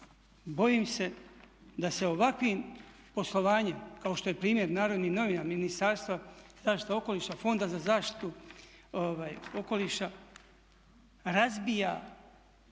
Bojim se da se ovakvim poslovanjem kao što je primjer Narodnih novina, Ministarstva zaštite okoliša, Fonda za zaštitu okoliša razbija